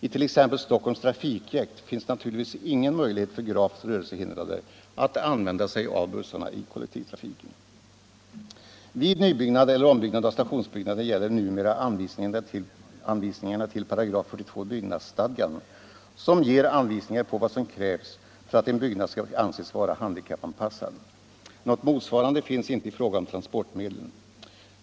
I t.ex. Stockholms trafikjäkt finns naturligtvis ingen möjlighet för gravt rörelsehindrade att använda sig av bussarna i kollektivtrafiken. Vid nyeller ombyggnad av stationsbyggnader gäller numera anvisningarna till 42 § byggnadsstadgan, som anger vad som krävs för att en byggnad skall anses vara handikappanpassad. Något motsvarande finns inte i fråga om transportmedlen.